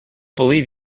believe